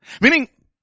Meaning